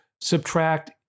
subtract